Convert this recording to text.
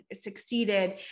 succeeded